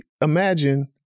imagine